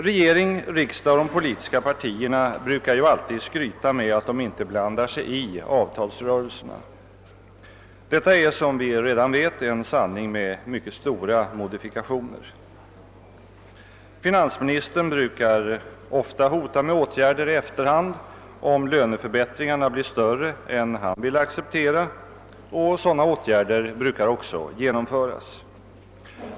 Regering, riksdag och de politiska partierna brukar skryta med att de inte blandar sig i avtalsrörelserna. Detta är, som vi redan vet, en sanning med mycket stora modifikationer. Finansministern brukar hota med åtgärder i efterhand om löneförbättringarna blir större än han vill acceptera, och sådana åtgärder brukar också genomföras.